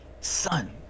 son